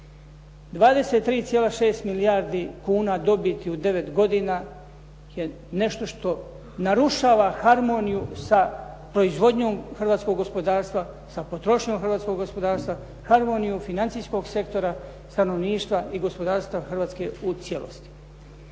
23,6 milijardi kuna dobiti u 9 godina je nešto što narušava harmoniju sa proizvodnjom hrvatskog gospodarstva, sa potrošnjom hrvatskog gospodarstva, harmoniju financijskog sektora stanovništva i gospodarstva Hrvatske u cijelosti.